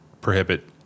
prohibit